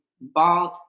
bald